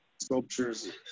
sculptures